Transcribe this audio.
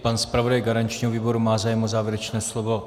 Pan zpravodaj garančního výboru má zájem o závěrečné slovo?